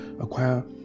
Acquire